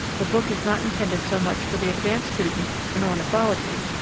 the book is not intended so much for the advanced student in ornithology,